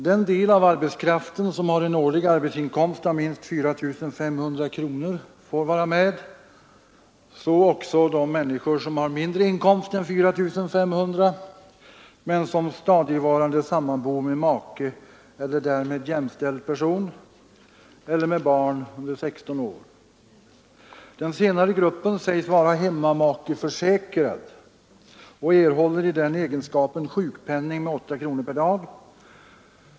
Den del av arbetskraften som har en årlig arbetsinkomst av minst 4 500 kronor får vara med, så också de människor som har mindre inkomst än 4500 kronor men som stadigvarande sammanbor med make eller därmed jämställd person eller med barn under 16 år. Den senare gruppen sägs vara hemmamakeförsäkrad och erhåller i den egenskapen sjukpenning med 8 kronor per dag.